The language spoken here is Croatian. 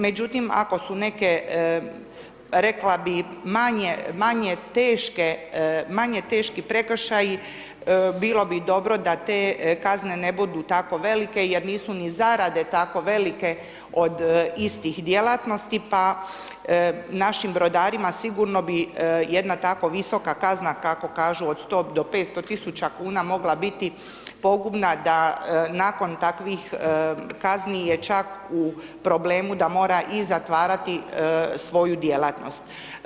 Međutim, ako su neke, rekla bih manje teški prekršaji, bilo bi dobro da te kazne ne budu tako velike jer nisu ni zadade tako velike od istih djelatnosti pa našim brodarima sigurno bi jedna tako visoka kazna kako kažu od 100-500 tisuća kuna biti pogubna da nakon takvih kazni je čak u problemu da mora i zatvarati svoju djelatnost.